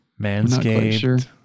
Manscaped